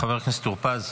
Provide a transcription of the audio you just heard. חבר הכנסת טור פז.